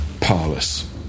parlous